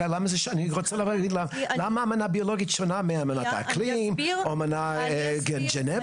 אני רוצה להבין למה האמנה הביולוגית שונה מאמנת האקלים או אמנת ג'נבה?